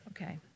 Okay